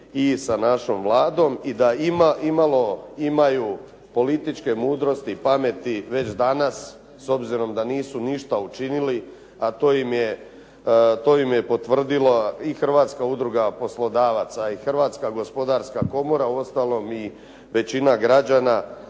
i sa našom Vladom i da ima imalo, imaju političke mudrosti i pameti već danas s obzirom da nisu ništa učinili a to im je potvrdila i Hrvatska udruga poslodavaca i Hrvatska gospodarska komora, uostalom i većina građana